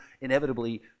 inevitably